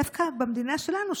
דווקא במדינה שלנו,